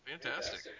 Fantastic